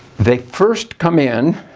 they first come in,